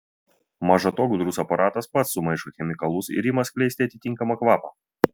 maža to gudrus aparatas pats sumaišo chemikalus ir ima skleisti atitinkamą kvapą